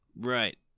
Right